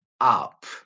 up